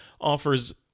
offers